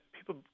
people